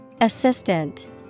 Assistant